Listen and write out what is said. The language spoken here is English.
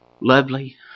lovely